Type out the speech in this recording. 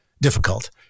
difficult